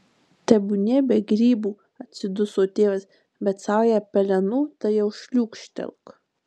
tebūnie be grybų atsiduso tėvas bet saują pelenų tai jau šliūkštelk